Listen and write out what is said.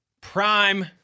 Prime